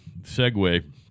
segue